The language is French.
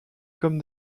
comme